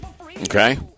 Okay